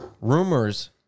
rumors